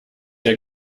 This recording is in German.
der